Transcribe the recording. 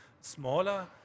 smaller